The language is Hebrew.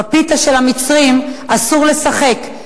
בפיתה של המצרים אסור לשחק,